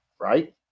right